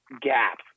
gap